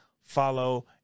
follow